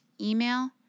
email